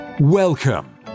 Welcome